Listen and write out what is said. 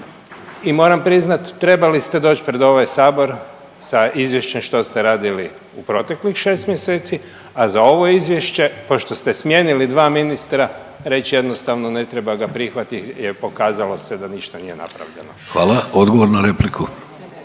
i moram priznati trebali ste doći pred ovaj Sabor sa izvješćem što ste radili u proteklih šest mjeseci, a za ovo izvješće pošto ste smijenili dva ministra reći jednostavno ne treba ga prihvatiti jer pokazalo se da ništa nije napravljeno. **Vidović, Davorko